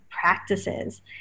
practices